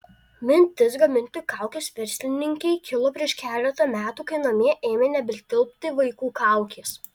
mintis gaminti kaukes verslininkei kilo prieš keletą metų kai namie ėmė nebetilpti vaikų kaukės